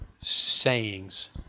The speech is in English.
Sayings